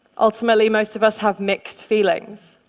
ultimately, most of us have mixed feelings.